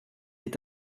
est